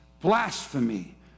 blasphemy